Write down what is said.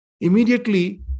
immediately